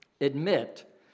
admit